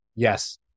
Yes